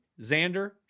Xander